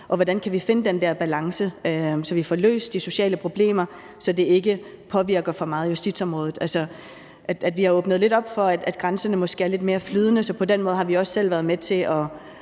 Og hvordan kan vi finde den der balance, så vi får løst de sociale problemer, så det ikke påvirker justitsområdet for meget? Vi har åbnet lidt op for, at grænserne måske er lidt mere flydende. Så på den måde har vi også selv været med til at